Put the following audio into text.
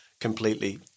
completely